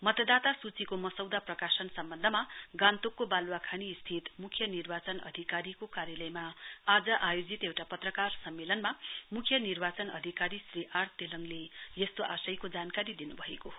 मतदाता सूचीको मसौदा प्रकाशन सम्वन्धमा गान्तोक स्थित मुख्य निर्वाचन अधिकारीको कार्यालयमा आज आयोजित एउटा पत्रकार सम्मेलनमा मुख्य निर्वाचन अधिकारी श्री आर तेलङले यस्तो आशयको जानकारी दिनुभएको हो